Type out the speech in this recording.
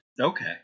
okay